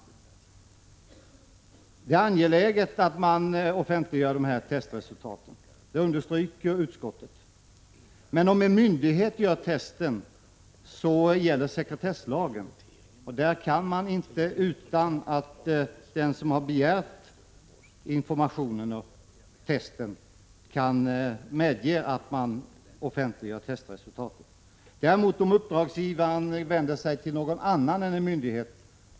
Utskottet understryker att det är angeläget att dessa resultat offentliggörs, men om en myndighet gör testet gäller sekretesslagen, och något offentliggörande kan inte ske utan att den som har begärt undersökningen medger det. Däremot kan resultaten offentliggöras om uppdragsgivaren vänder sig till någon annan än en myndighet.